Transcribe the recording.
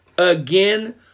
Again